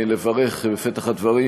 בפתח הדברים,